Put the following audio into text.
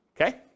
okay